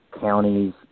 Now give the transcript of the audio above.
counties